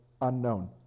unknown